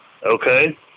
Okay